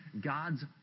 God's